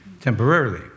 temporarily